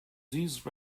these